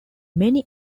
many